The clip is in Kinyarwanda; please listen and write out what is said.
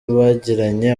bagiranye